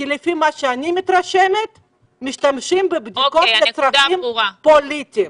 לפי מה שאני מתרשמת משתמשים בבדיקות לשימושים פוליטיים.